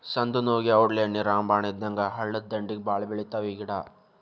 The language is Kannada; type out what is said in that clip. ಸಂದನೋವುಗೆ ಔಡ್ಲೇಣ್ಣಿ ರಾಮಬಾಣ ಇದ್ದಂಗ ಹಳ್ಳದಂಡ್ಡಿಗೆ ಬಾಳ ಬೆಳಿತಾವ ಈ ಗಿಡಾ